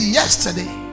yesterday